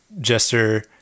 gesture